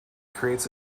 creates